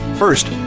First